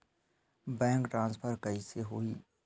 Bank transfer कइसे होही?